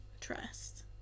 trust